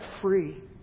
free